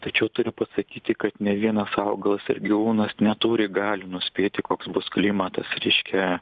tačiau turiu pasakyti kad ne vienas augalas ir gyvūnas neturi galių nuspėti koks bus klimatas reiškia